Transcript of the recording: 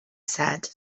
said